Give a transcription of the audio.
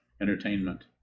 entertainment